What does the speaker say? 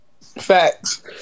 Facts